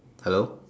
hello